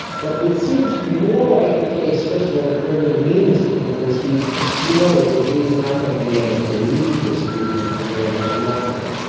but it seems more like the case, first of all, that bernie means it because he knows that he is not going to be able to lead this movement for very much longer.